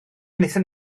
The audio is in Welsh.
wnaethon